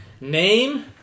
Name